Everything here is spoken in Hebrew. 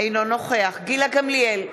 אינו נוכח גילה גמליאל,